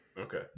Okay